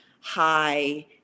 high